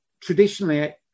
traditionally